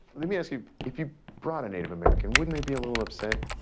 let me ask you, if you brought a native american, wouldn't they be a little upset?